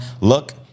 look